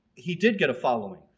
he did get a following.